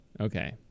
Okay